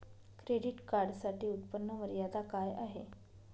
Credit कार्डसाठी उत्त्पन्न मर्यादा काय आहे?